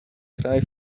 cry